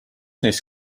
neist